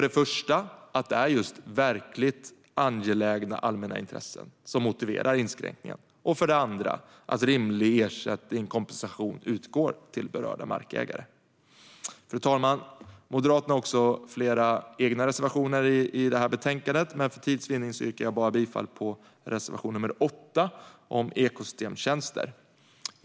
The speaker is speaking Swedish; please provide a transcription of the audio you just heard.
Det första är det att det är verkligt angelägna allmänna intressen som motiverar inskränkningen, och det andra är att rimlig kompensation utgår till berörda markägare. Fru talman! Moderaterna har också flera egna reservationer i betänkandet, men för tids vinnande yrkar jag bara bifall till reservation nr 8 om ekosystemtjänster.